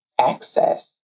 access